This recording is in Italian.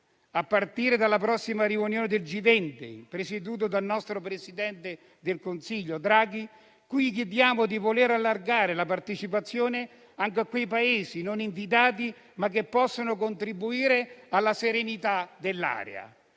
a partire dalla prossima riunione del G20, presieduto dal nostro presidente del Consiglio, Mario Draghi, a cui chiediamo di voler allargare la partecipazione anche a quei Paesi non invitati che possano contribuire alla serenità dell'area.